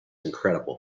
incredible